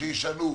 שישנו.